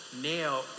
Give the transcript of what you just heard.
now